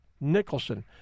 Nicholson